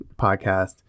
podcast